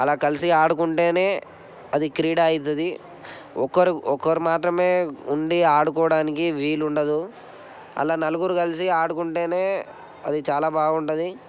అలా కలిసి ఆడుకుంటే అది క్రీడ అవుతుంది ఒకరు ఒకరు మాత్రమే ఉండి ఆడుకోవడానికి వీలు ఉండదు అలా నలుగురు కలిసి ఆడుకుంటే అది చాలా బాగుంటుంది